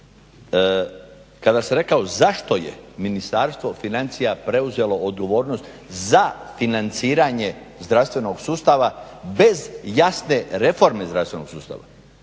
Kada sam rekao zašto je Ministarstvo financija preuzelo odgovornost za financiranje zdravstvenog sustava bez jasne reforme zdravstvenog sustava.